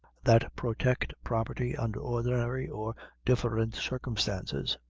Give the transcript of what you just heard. that protect property under ordinary or different circumstances.